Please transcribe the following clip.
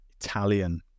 Italian